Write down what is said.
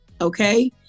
Okay